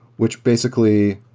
which basically